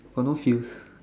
got no feels